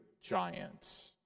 giant